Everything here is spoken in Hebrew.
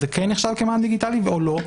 זה כן נחשב כמען דיגיטלי או לא?